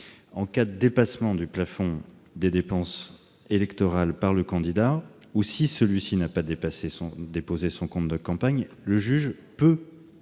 En cas de dépassement du plafond des dépenses électorales par le candidat, ou si celui-ci n'a pas déposé son compte de campagne, le juge peut prononcer